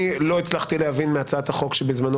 אני לא הצלחתי להבין מהצעת החוק שבזמנו